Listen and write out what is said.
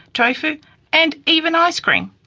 tofu and even ice cream.